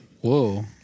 Whoa